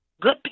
Good